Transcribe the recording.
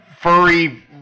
furry